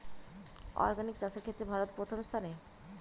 organic চাষের ক্ষেত্রে ভারত প্রথম স্থানে